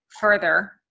further